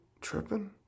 tripping